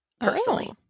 personally